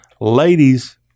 Ladies